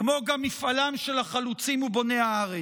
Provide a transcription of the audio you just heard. כמו גם מפעלם של החלוצים ובוני הארץ.